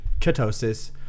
ketosis